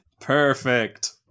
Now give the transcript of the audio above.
Perfect